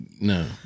No